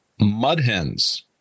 Mudhens